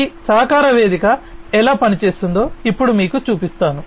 ఈ సహకార వేదిక ఎలా పని చేస్తుందో ఇప్పుడు మీకు చూపిస్తాను